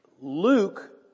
Luke